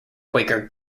quaker